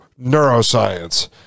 neuroscience